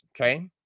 Okay